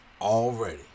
Already